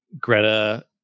Greta